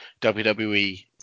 WWE